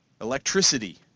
electricity